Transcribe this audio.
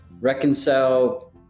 reconcile